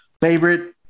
favorite